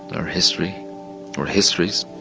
our history or histories,